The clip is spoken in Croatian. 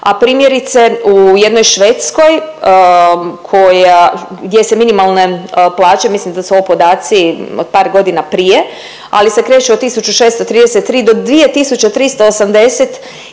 a primjerice u jednoj Švedskoj koja, gdje se minimalne plaće, mislim da su ovo podaci od par godina prije ali se kreću od 1.633 do 2.382